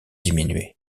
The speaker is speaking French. diminué